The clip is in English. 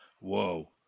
Whoa